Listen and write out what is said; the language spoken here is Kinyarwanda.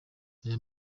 ayo